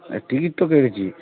আর ticket তো কেটেছি